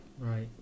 Right